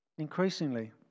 Increasingly